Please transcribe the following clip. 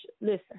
Listen